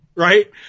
Right